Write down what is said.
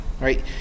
right